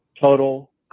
Total